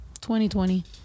2020